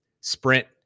sprint